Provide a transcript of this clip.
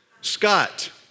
Scott